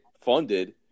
funded